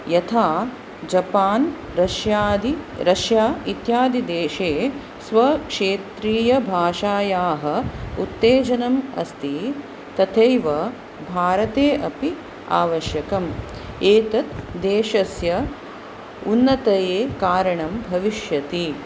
यथा जपान् रष्यादि रष्या इत्यादि देशे स्वक्षेत्रीयभाषायाः उत्तेजनम् अस्ति तथैव भारते अपि आवश्यकम् एतत् देशस्य उन्नतये कारणं भविष्यति